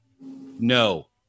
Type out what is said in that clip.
no